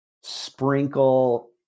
sprinkle